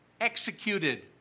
Executed